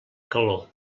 calor